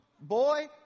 boy